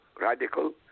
radical